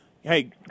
hey